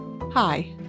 Hi